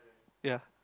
ya